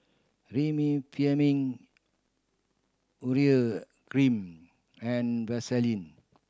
Remifemin Urea Cream and Vaselin